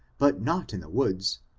but not in the woods,